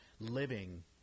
living